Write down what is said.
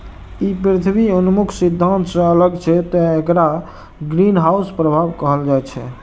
ई पृथ्वी उन्मुख सिद्धांत सं अलग छै, तें एकरा ग्रीनहाउस प्रभाव कहल जाइ छै